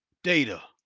data.